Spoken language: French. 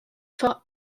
fort